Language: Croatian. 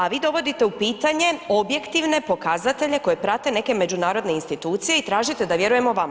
A vi dovodite u pitanje objektivne pokazatelje koje prate neke međunarodne institucije i tražite da vjerujemo vama.